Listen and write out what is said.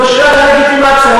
זו שאלת הלגיטימציה.